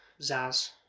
Zaz